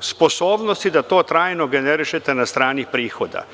sposobnosti da to trajno generišete na strani prihoda.